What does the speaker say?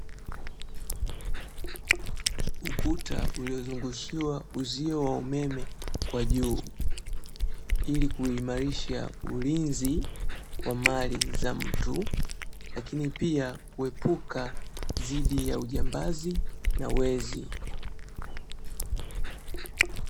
Ukuta uliozungushiwa uzio wa umeme kwa juu, ili kuimarisha ulinzi wa mali za mtu, lakini pia kuepuka dhidi ya ujambazi na wezi.